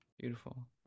Beautiful